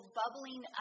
bubbling